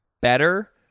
better